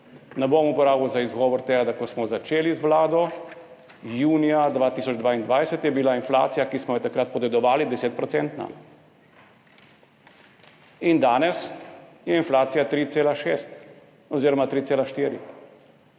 Ne bom uporabil za izgovor tega, da ko smo začeli z vlado junija 2022 je bila inflacija, ki smo jo takrat podedovali, 10 %. In danes je inflacija 3,6 % oziroma 3,4